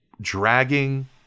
dragging